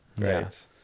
right